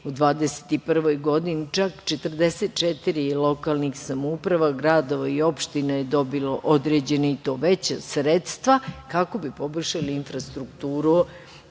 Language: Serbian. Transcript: U 2021. godini, čak 44 lokalnih samouprava, gradova i opština je dobilo određena i to veća sredstva kako bi poboljšali infrastrukturu